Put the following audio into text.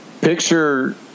picture